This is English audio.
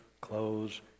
clothes